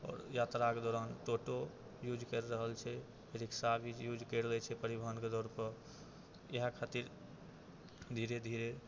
ओ यात्राके दौरान टोटो यूज करि रहल छै रिक्शा भी यूज करि लै छै परिवहनके तौरपर इएह खातिर धीरे धीरे